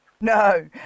No